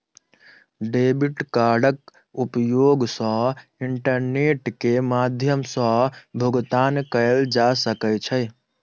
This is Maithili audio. डेबिट कार्डक उपयोग सॅ इंटरनेट के माध्यम सॅ भुगतान कयल जा सकै छै